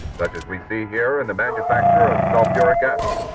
such as we see here in the manufacture of sulfuric acid.